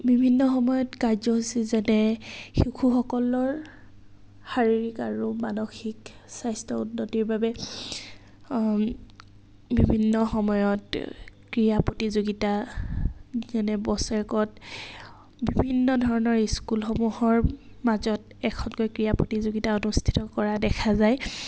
বিভিন্ন সময়ত কাৰ্যসূচী যেনে শিশুসকলৰ শাৰীৰিক আৰু মানসিক স্বাস্থ্য উন্নতিৰ বাবে বিভিন্ন সময়ত ক্ৰীড়া প্ৰতিযোগিতা যেনে বছৰেকত বিভিন্ন ধৰণৰ স্কুলসমূহৰ মাজত এখনকৈ ক্ৰীড়া প্ৰতিযোগিতা অনুষ্ঠিত কৰা দেখা যায়